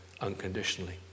unconditionally